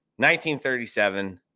1937